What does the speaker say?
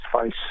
face